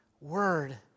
word